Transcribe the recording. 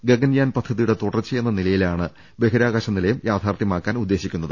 ഗഗൻയാൻ പദ്ധതിയുടെ തുടർച്ചയെന്ന നിലയിലാണ് ബഹിരാ കാശ നിലയം യാഥാർത്ഥ്യമാക്കാൻ ഉദ്ദേശിക്കുന്നത്